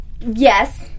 yes